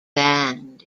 banned